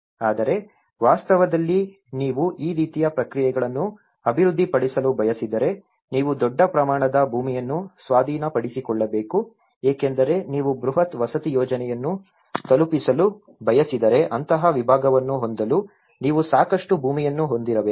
ಆದರೆ ವಾಸ್ತವದಲ್ಲಿ ನೀವು ಈ ರೀತಿಯ ಪ್ರಕ್ರಿಯೆಗಳನ್ನು ಅಭಿವೃದ್ಧಿಪಡಿಸಲು ಬಯಸಿದರೆ ನೀವು ದೊಡ್ಡ ಪ್ರಮಾಣದ ಭೂಮಿಯನ್ನು ಸ್ವಾಧೀನಪಡಿಸಿಕೊಳ್ಳಬೇಕು ಏಕೆಂದರೆ ನೀವು ಬೃಹತ್ ವಸತಿ ಯೋಜನೆಯನ್ನು ತಲುಪಿಸಲು ಬಯಸಿದರೆ ಅಂತಹ ವಿಭಾಗವನ್ನು ಹೊಂದಲು ನೀವು ಸಾಕಷ್ಟು ಭೂಮಿಯನ್ನು ಹೊಂದಿರಬೇಕು